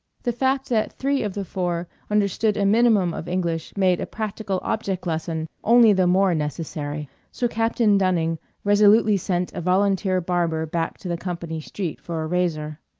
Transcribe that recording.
the fact that three of the four understood a minimum of english made a practical object-lesson only the more necessary, so captain dunning resolutely sent a volunteer barber back to the company street for a razor.